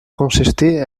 consistir